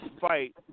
fight